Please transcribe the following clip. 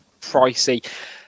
Pricey